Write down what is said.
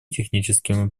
техническими